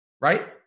right